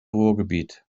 ruhrgebiet